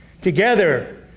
together